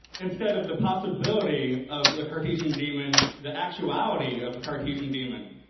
instead of the possibility of the cartesian demon, the actuality of the cartesian demon.